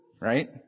Right